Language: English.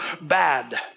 bad